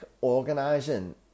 organising